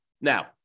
Now